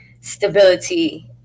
stability